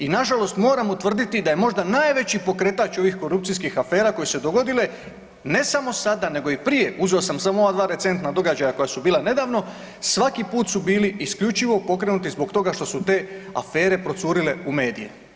I nažalost moram utvrditi da je možda najveći pokretač ovih korupcijskih afera koje su se dogodile ne samo sada nego i prije, uzeo sam samo ova dva recentna događaja koja su bila nedavno, svaki put su bili isključivo pokrenuti zbog toga što su te afere procurile u medije.